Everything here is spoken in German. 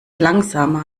langsamer